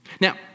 now